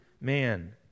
man